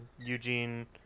Eugene